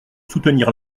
soutenir